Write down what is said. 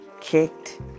kicked